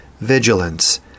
Vigilance